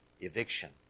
Eviction